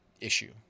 issue